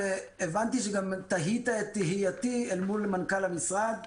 וגם הבנתי שתהית את תהייתי אל מול מנכ"ל המשרד.